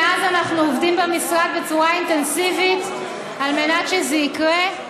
מאז אנחנו עובדים במשרד בצורה אינטנסיבית על מנת שזה יקרה.